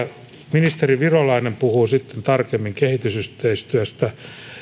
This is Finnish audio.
ministeri virolainen puhuu sitten tarkemmin kehitysyhteistyöstä